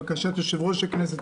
את בקשת יושב-ראש הכנסת,